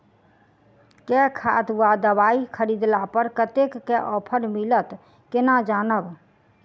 केँ खाद वा दवाई खरीदला पर कतेक केँ ऑफर मिलत केना जानब?